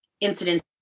incidents